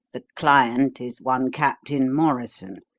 the client is one captain morrison,